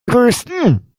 größten